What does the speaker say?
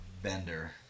bender